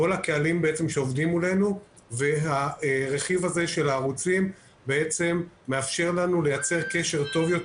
כל הקהלים שעובדים מולנו ורכיב זה מאפשר לנו לייצר קשר טוב יותר